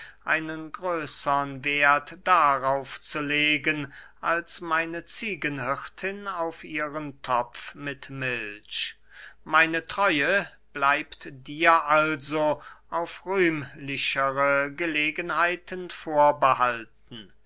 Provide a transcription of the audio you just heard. einen größern werth darauf zu legen als meine ziegenhirtin auf ihren topf mit milch meine treue bleibt dir also auf rühmlichere gelegenheiten vorbehalten